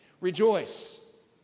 Rejoice